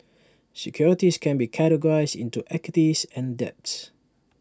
securities can be categorized into equities and debts